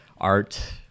art